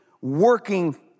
working